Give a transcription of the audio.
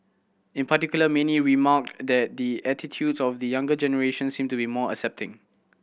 in particular many remarked that the attitudes of the younger generation seem to be more accepting